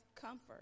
comfort